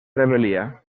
rebel·lia